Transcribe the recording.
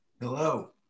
Hello